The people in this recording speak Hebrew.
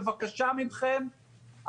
בבקשה מכם,